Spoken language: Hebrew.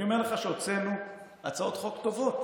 אני אומר לך שהוצאנו הצעות חוק טובות